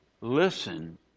listen